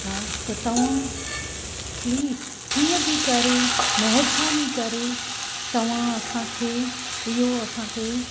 हा त तव्हां प्लीज़ कीअं बि करे महिरबानी करे तव्हां असांखे इहो असांखे